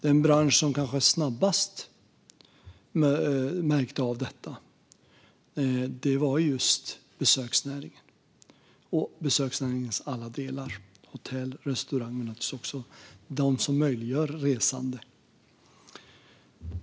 Den bransch som kanske snabbast märkte av detta var just besöksnäringen och besöksnäringens alla delar: hotell och restauranger men också de som möjliggör resande.